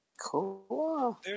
Cool